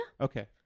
Okay